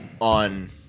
on